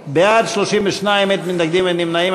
בעד, 32, אין מתנגדים, אין נמנעים.